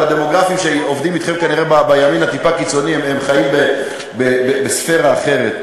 אבל הדמוגרפים שעובדים כנראה בימין הטיפה-הקיצוני חיים בספירה אחרת.